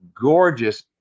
gorgeous